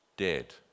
dead